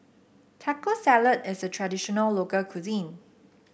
Taco Salad is a traditional local cuisine